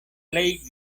plej